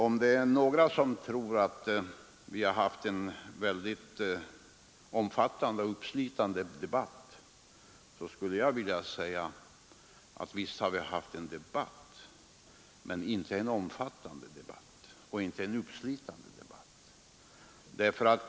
Om det är några som tror att vi har haft en väldigt omfattande och uppslitande debatt, så skulle jag vilja säga att visst har vi haft en debatt men inte en omfattande debatt och inte en uppslitande debatt.